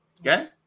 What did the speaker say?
Okay